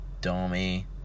Domi